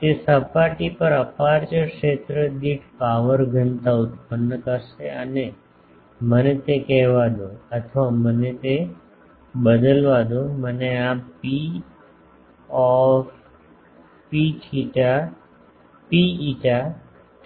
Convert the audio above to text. તે સપાટી પર અપેર્ચર ક્ષેત્ર દીઠ પાવર ઘનતા ઉત્પન્ન કરશે અને મને તે કહેવા દો અથવા મને તે બદલવા દો મને આ Pρ φ